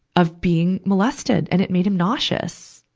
of being molested. and it made him nauseous.